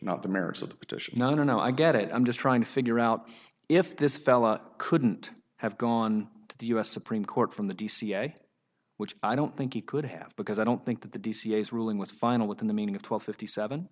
petition nonono i get it i'm just trying to figure out if this fella couldn't have gone to the u s supreme court from the dca which i don't think he could have because i don't think that the d c s ruling was final within the meaning of twelve fifty seven